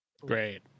Great